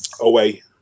Away